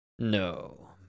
No